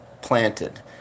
planted